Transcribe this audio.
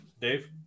Dave